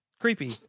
Creepy